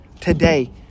Today